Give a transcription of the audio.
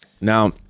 now